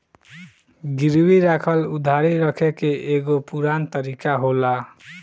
गिरवी राखल उधारी रखे के एगो पुरान तरीका होला